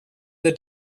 the